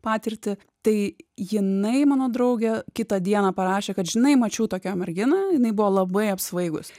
patirtį tai jinai mano draugė kitą dieną parašė kad žinai mačiau tokią merginą jinai buvo labai apsvaigus